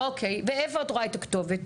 אוקיי, ואיפה את רואה את הכתובת?